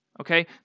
okay